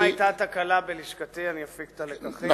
אם היתה תקלה בלשכתי אני אפיק את הלקחים.